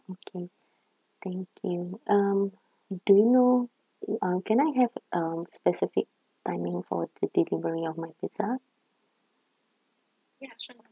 okay thank you um do you know uh um can I have um specific timing for the delivery of my pizza